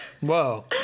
whoa